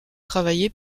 travaillé